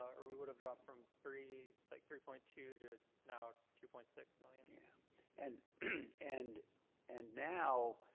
or we would have dropped from three, like three point two to now two point six million. yeah and and and now,